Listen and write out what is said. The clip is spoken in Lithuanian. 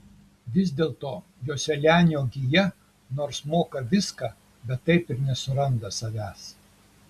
vis dėlto joselianio gija nors moka viską bet taip ir nesuranda savęs